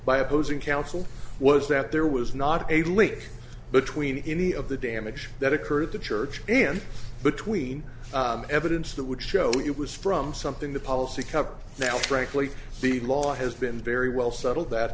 by opposing counsel was that there was not a link between any of the damage that occurred at the church and between evidence that would show it was from something the policy covered now frankly the law has been very well settled that